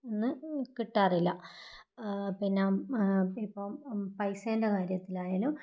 എന്നു കിട്ടാറില്ല പിന്നെ ഇപ്പം പൈസേൻ്റെ കാര്യത്തിലായാലും